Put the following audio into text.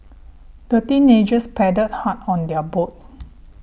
the teenagers paddled hard on their boat